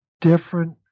different